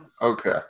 Okay